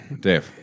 dave